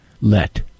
let